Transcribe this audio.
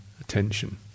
attention